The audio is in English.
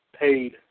paid